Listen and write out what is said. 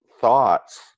thoughts